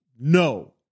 no